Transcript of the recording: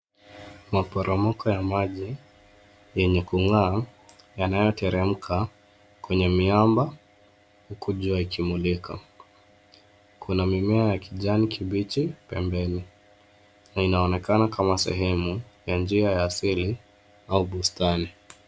Maporomoko ya maji yenye kungaa yanayoteremka ,kwenye miamba huku jua ikimulika. Kuna mimea ya kijani kibichi pembeni, na inaonekana kama sehemu ya njia ya asili au bustani .